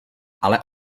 ale